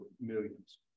millions